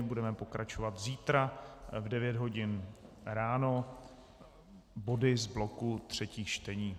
Budeme pokračovat zítra v 9 hodin ráno body z bloku třetích čtení.